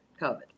COVID